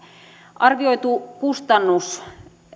arvioitu kustannus